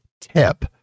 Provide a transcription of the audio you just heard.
tip